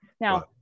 Now